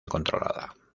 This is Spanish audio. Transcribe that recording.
controlada